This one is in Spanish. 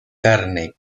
carne